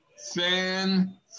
Fan